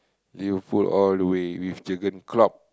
Liverpool all the way with Jurgen-Klopp